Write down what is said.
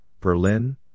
Berlin